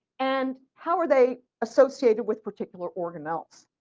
and how are they associated with particular organelles?